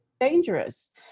dangerous